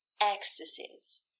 ecstasies